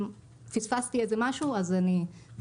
אם פספסתי איזה משהו, אז אני מתנצלת.